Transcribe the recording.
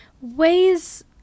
ways